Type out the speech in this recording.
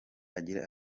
agira